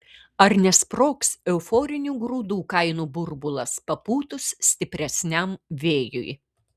ar nesprogs euforinių grūdų kainų burbulas papūtus stipresniam vėjui